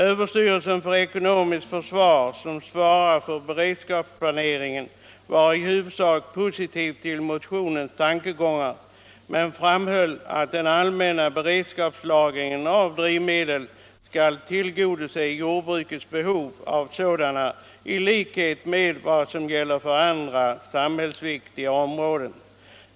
Överstyrelsen för ekonomiskt försvar, som svarar för beredskapsplaneringen, var i huvudsak positiv till motionens tankegångar men framhöll att den allmänna beredskapslagringen av drivmedel skall tillgodose jordbrukets behov med samma försörjningsuthållighet som gäller för andra samhällsviktiga områden.